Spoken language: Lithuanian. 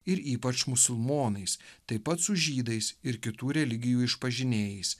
ir ypač musulmonais taip pat su žydais ir kitų religijų išpažinėjais